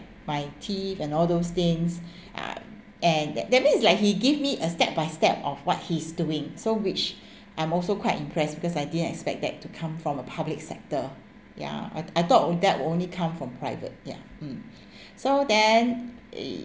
my teeth and all those things uh and that that means is like he give me a step by step of what he's doing so which I'm also quite impressed because I didn't expect that to come from a public sector ya I I thought that only come from private ya mm so then eh